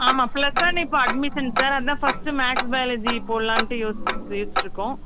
ஆமாம் plus one இப்போ admission sir அதுதான் ஃபர்ஸ்ட்டு மேத்ஸ் பையாலஜி போடலான்ட்டு யோஸ் யோசிச்சிட்டிருக்கோம்